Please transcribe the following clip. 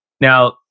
Now